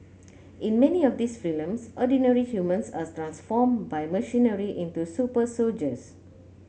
in many of these films ordinary humans are transformed by machinery into super soldiers